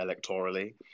electorally